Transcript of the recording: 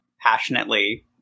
passionately